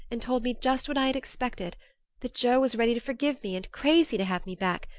and told me just what i had expected that joe was ready to forgive me and crazy to have me back,